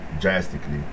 drastically